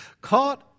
Caught